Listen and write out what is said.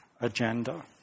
agenda